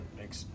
makes